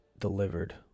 delivered